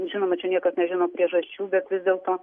žinoma čia niekas nežino priežasčių bet vis dėlto